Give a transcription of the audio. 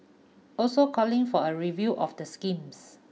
also calling for a review of the schemes